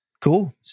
Cool